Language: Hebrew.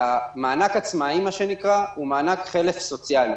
מענק עצמאים הוא מענק חלף סוציאלי.